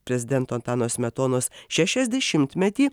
prezidento antano smetonos šešiasdešimtmetį